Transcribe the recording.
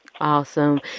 awesome